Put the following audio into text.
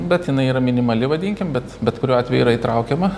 bet jinai yra minimali vadinkim bet bet kuriuo atveju yra įtraukiama